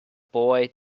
boy